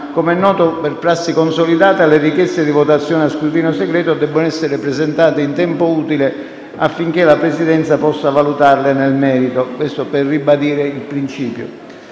Com'è noto, per prassi consolidata, le richieste di votazione a scrutinio segreto devono essere presentate in tempo utile affinché la Presidenza possa valutarle nel merito. Questo per ribadire il principio.